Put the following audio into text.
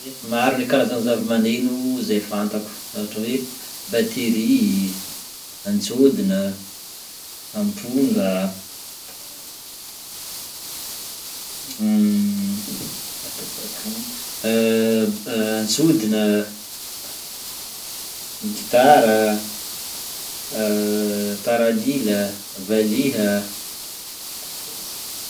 Ye, maro ny karazan'ny zavamaneno izay fantako ôhatra hoe: batery, antsôdina, amponga, antsodina, gitara, taralila, valiha.